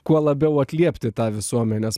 kuo labiau atliepti tą visuomenės